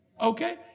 Okay